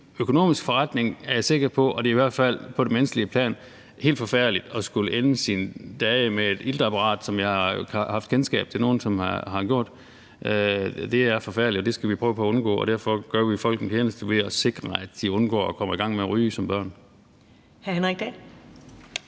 økonomisk forretning, er jeg sikker på, og det er i hvert fald på det menneskelige plan helt forfærdeligt at skulle ende sine dage med et iltapparat, som jeg har haft kendskab til nogle som har gjort. Det er forfærdeligt, og det skal vi prøve på at undgå, og derfor gør vi folk en tjeneste ved at sikre, at de undgår at komme i gang med at ryge som børn. Kl.